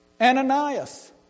Ananias